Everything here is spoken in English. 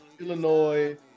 Illinois